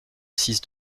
six